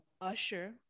Usher